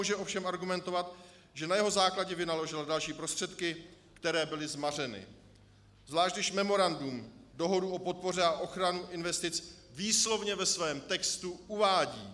Firma ovšem může argumentovat, že na jeho základě vynaložila další prostředky, které byly zmařeny, zvlášť když memorandum dohodu o podpoře a ochraně investic výslovně ve svém textu uvádí.